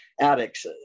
addicts